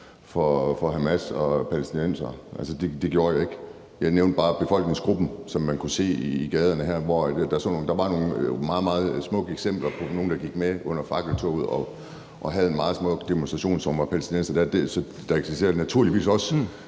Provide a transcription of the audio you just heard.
for Hamas og palæstinensere. Altså, det gjorde jeg ikke. Jeg nævnte bare befolkningsgruppen, som man kunne se i gaderne her, hvor der var nogle meget, meget smukke eksempler på nogle, der gik med under fakkeltoget og havde en meget smuk demonstration, og som var palæstinensere. Så der eksisterer naturligvis også